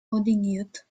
ordiniert